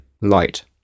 light